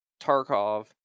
Tarkov